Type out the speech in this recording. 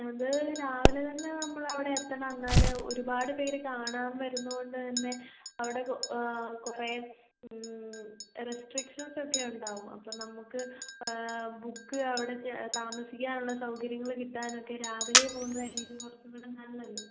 അത് രാവിലെ തന്നെ നമ്മൽ അവിടെ എത്തണം എന്നാലേ ഒരുപാട് പേര് കാണാൻ വരുന്നുള്ളത് കൊണ്ട് തന്നെ അവിടെ കൊ കുറെ റെസ്ട്രിക്ഷൻസൊക്കെ ഉണ്ടാകും അപ്പം നമുക്ക് ബുക്ക് അവിടെ താമസിക്കാനുള്ള സൗകര്യങ്ങള് കിട്ടാനൊക്കെ രാവിലെ പോകുന്നതായിരിക്കും കുറച്ചുംകൂടെ നല്ലത്